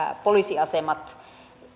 poliisiasemat